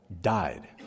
died